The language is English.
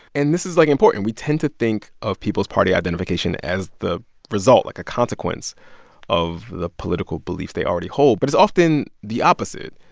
and this is, like, important. we tend to think of people's party identification as the result like, a consequence of the political beliefs they already hold. but it's often the opposite.